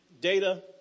Data